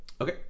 Okay